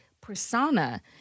persona